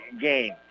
game